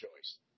choice